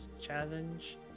challenge